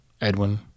Edwin